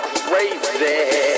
crazy